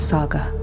Saga